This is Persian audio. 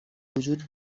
وجود